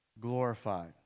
glorified